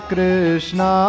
Krishna